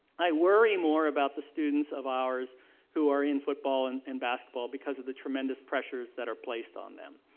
i worry more about the students of ours who are in football and and basketball because of the tremendous pressure that are placed on them.